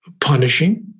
punishing